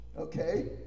okay